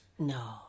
No